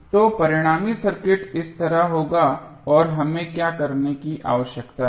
तो परिणामी सर्किट इस तरह होगा और हमें क्या करने की आवश्यकता है